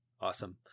Awesome